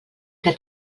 que